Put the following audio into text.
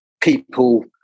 people